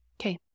Okay